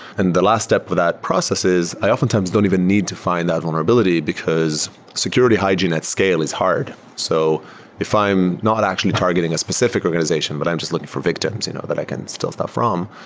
and the last step for that processes is i oftentimes don't even need to find that vulnerability, because security hygiene at scale is hard. so if i am not actually targeting a specific organization, but i'm just looking for victims you know that i can steal stuff from,